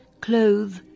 clothe